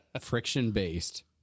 friction-based